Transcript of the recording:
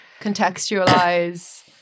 contextualize